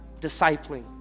discipling